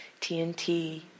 TNT